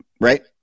right